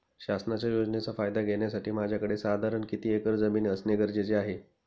शासनाच्या योजनेचा फायदा घेण्यासाठी माझ्याकडे साधारण किती एकर जमीन असणे गरजेचे आहे?